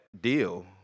deal